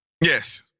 Yes